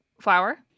flour